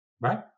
right